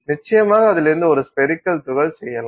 நிச்சயமாக அதிலிருந்து ஒரு ஸ்பெரிக்கல் துகள் செய்யலாம்